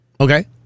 Okay